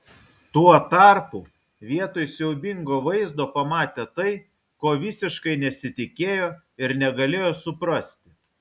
tuo tarpu vietoj siaubingo vaizdo pamatė tai ko visiškai nesitikėjo ir negalėjo suprasti